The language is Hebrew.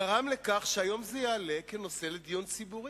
גרם לכך שהיום זה יעלה כנושא לדיון ציבורי.